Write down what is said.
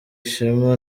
ishema